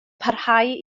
parhau